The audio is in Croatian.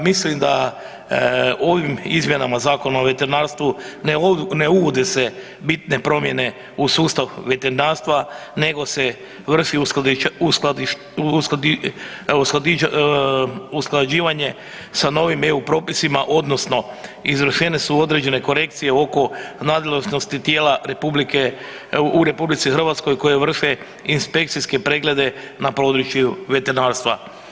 Mislim da ovim izmjenama Zakona o veterinarstvu ne uvode se bitne promjene u sustav veterinarstva, nego se vrši usklađivanje a novim EU propisima odnosno izvršene su određene korekcije oko nadležnosti tijela u RH koje vrše inspekcijske preglede na području veterinarstva.